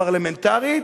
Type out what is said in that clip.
פרלמנטרית,